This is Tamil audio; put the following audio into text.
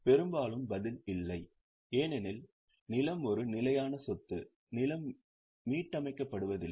பெரும்பாலும் பதில் இல்லை ஏனெனில் நிலம் ஒரு நிலையான சொத்து நிலம் மீட்டமைக்கப்படுவதில்லை